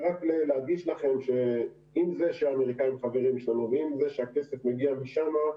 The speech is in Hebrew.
זה רק להדגיש לכם שעם זה שהאמריקאים חברים שלנו ועם זה שהכסף מגיע משם,